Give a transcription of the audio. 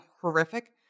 horrific